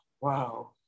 wow